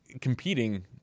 competing